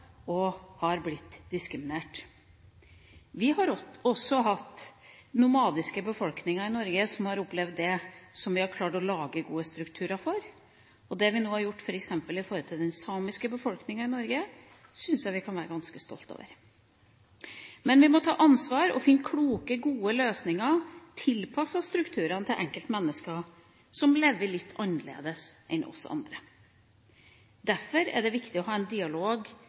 nomadiske befolkninger i Norge som har opplevd dette, som vi har klart å lage gode strukturer for. Det vi nå har gjort, f.eks. i forhold til den samiske befolkninga i Norge, syns jeg vi kan være ganske stolte over. Men vi må ta ansvar og finne kloke, gode løsninger tilpasset strukturene til enkeltmennesker som lever litt annerledes enn oss andre. Derfor er det viktig å ha en dialog